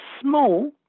small